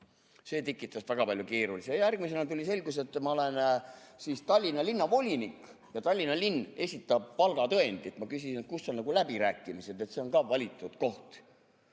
See tekitas väga palju keerulisi [küsimusi]. Ja järgmisena tuli selgus, et ma olen siis Tallinna linnavolinik ja Tallinna linn esitab palgatõendi. Ma küsin, et kus on nagu läbirääkimised, et see on ka valitud koht.